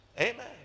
Amen